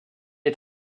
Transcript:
est